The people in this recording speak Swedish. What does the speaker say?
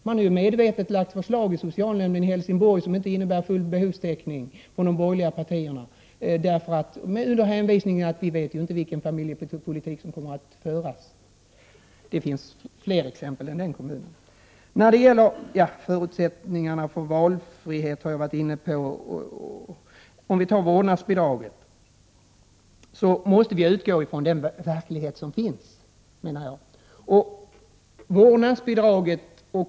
De har medvetet lagt fram förslag i socialnämnden i Helsingborg som inte innebär full behovstäckning med hänvisning till att de inte visste vilken familjepolitik som skulle komma att föras. — Det finns fler exempel än den kommunen. Låt mig sedan ta upp vårdnadsbidraget. Vi måste utgå från den verklighet som finns.